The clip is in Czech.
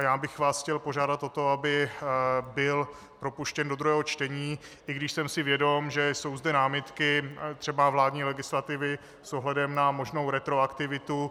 Já bych vás chtěl požádat o to, aby byl propuštěn do druhého čtení, i když jsem si vědom, že jsou zde námitky třeba vládní legislativy s ohledem na možnou retroaktivitu.